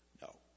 no